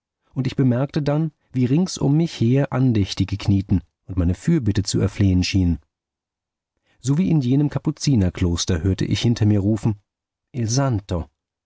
und ich bemerkte dann wie rings um mich her andächtige knieten und meine fürbitte zu erflehen schienen so wie in jenem kapuzinerkloster hörte ich hinter mir rufen il santo